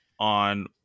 on